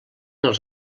els